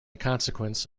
consequence